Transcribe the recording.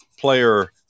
player